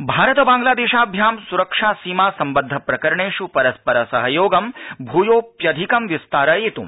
भारत बांग्लादेश वार्ता भारतबांग्लादेशाभ्यां सुरक्षासीमासम्बद्धप्रकरणेषु परस्परसहयोगं इतोऽप्यधिकं विस्तारयितुं